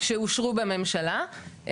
שאושרו בממשלה,